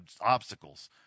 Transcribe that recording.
obstacles